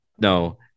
No